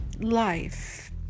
life